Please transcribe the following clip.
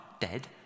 dead